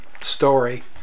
story